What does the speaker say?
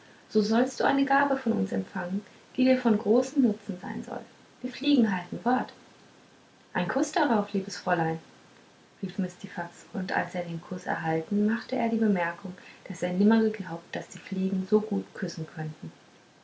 so sollst du eine gabe von uns empfangen die dir von großem nutzen sein soll wir fliegen halten wort einen kuß darauf liebes fräulein rief mistifax und als er den kuß erhalten machte er die bemerkung daß er nimmer geglaubt daß die fliegen so gut küssen könnten